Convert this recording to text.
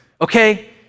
okay